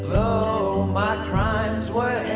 though my crimes were